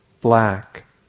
black